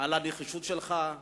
על הנחישות שלך.